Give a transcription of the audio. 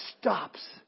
stops